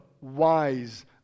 wise